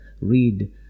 Read